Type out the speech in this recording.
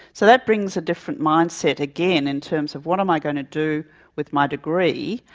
so that brings a different mindset again in terms of what am i going to do with my degree,